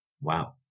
Wow